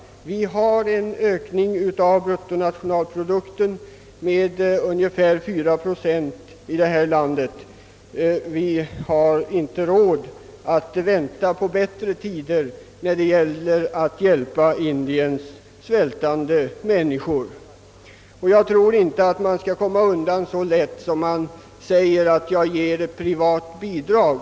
Vi har varje år en höjning av bruttonationalprodukten och vi har inte råd att vänta på bättre tider när det gäller att hjälpa svältande människor. Jag tror inte att man kan komma undan så lätt som genom att ge ett privat bidrag.